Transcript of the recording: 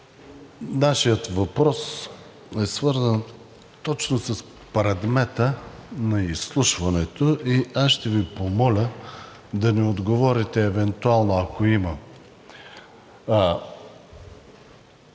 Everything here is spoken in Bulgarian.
нашият въпрос е свързан точно с предмета на изслушването и аз ще Ви помоля да ми отговорите евентуално, ако има